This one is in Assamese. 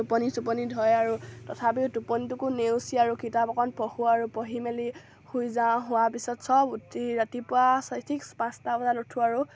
টোপনি চুপনি ধৰে আৰু তথাপিও টোপনিটোকো নেওচি আৰু কিতাপ অকণ পঢ়োঁ আৰু পঢ়ি মেলি শুই যাওঁ হোৱাৰ পিছত সব উঠি ৰাতিপুৱা চাৰি ঠিক পাঁচটা বজাত উঠোঁ আৰু